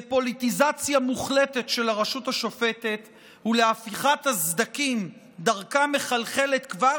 לפוליטיזציה מוחלטת של הרשות השופטת ולהפיכת הסדקים שדרכם מחלחלת כבר